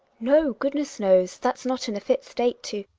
no, goodness knows, that's not in a fit state to